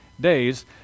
days